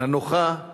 הנוחה